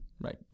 Right